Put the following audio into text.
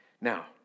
Now